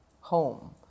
home